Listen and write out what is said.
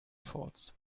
thoughts